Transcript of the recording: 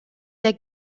der